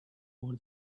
over